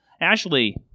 Ashley